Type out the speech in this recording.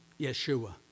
Yeshua